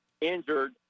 injured